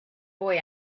boy